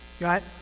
right